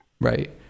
Right